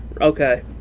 Okay